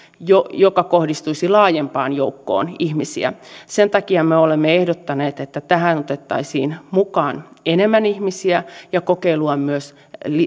joka kohdistuisi laajempaan joukkoon ihmisiä sen takia me olemme ehdottaneet että tähän otettaisiin mukaan enemmän ihmisiä ja kokeilua myös